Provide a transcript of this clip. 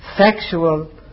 sexual